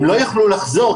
הם לא יוכלו לחזור,